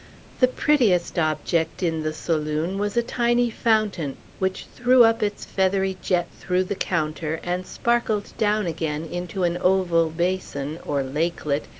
the prettiest object in the saloon was a tiny fountain, which threw up its feathery jet through the counter, and sparkled down again into an oval basin, or lakelet,